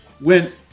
went